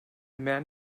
man